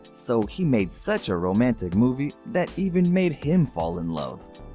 so he made such a romantic movie that even made him fall in love.